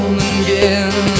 again